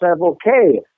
okay